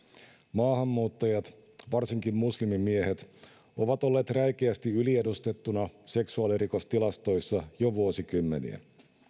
maahanmuuttajat varsinkin muslimimiehet ovat olleet räikeästi yliedustettuna seksuaalirikostilastoissa jo vuosikymmeniä